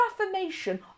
affirmation